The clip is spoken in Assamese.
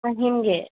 আহিমগৈ